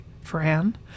fran